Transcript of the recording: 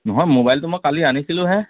নহয় মোবাইলটো মই কালি আনিছিলোঁহে